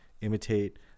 imitate